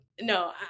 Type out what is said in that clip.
no